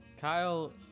Kyle